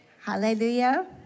Hallelujah